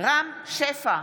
רם שפע,